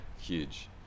huge